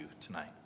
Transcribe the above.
tonight